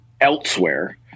elsewhere